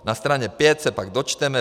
Na straně 5 se pak dočteme: